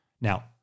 Now